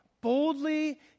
boldly